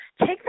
take